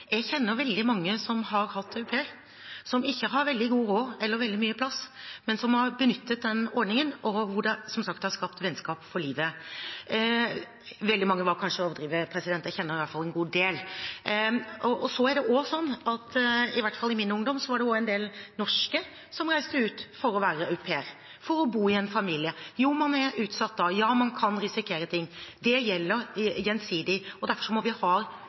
Jeg kjenner veldig mange som har hatt au pair, som ikke har veldig god råd eller veldig mye plass, men som har benyttet ordningen, og hvor det som sagt har skapt vennskap for livet. «Veldig mange» var kanskje å overdrive – jeg kjenner i hvert fall en god del. Det er også slik at i hvert fall i min ungdom var det en del norske som reiste ut for å være au pair, for å bo i en familie. Jo, man er utsatt da. Ja, man kan risikere ting. Det gjelder gjensidig, og derfor må vi ha